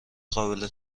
قابل